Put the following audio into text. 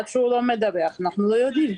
עד שלא מדווח אנו לא יודעים.